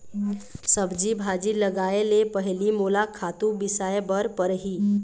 सब्जी भाजी लगाए ले पहिली मोला खातू बिसाय बर परही